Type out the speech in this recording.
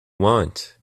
want